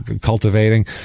cultivating